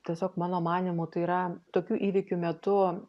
tiesiog mano manymu tai yra tokių įvykių metu